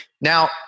Now